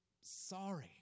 sorry